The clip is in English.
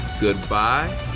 goodbye